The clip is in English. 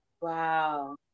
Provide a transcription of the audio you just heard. Wow